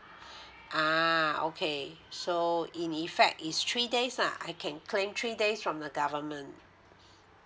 ah okay so in effect is three days lah I can claim three days from the government